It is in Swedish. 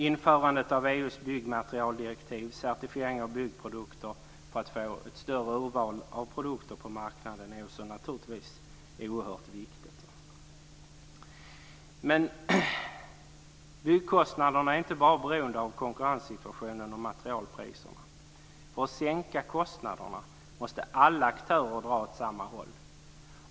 Införandet av EU:s byggmaterialdirektiv och certifieringen av byggprodukter för att få ett större urval av produkter på marknaden är naturligtvis också oerhört viktigt. Men byggkostnaderna är inte bara beroende av konkurrenssituationen och materialpriserna. För att sänka kostnaderna måste också alla aktörer dra åt samma håll.